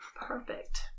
Perfect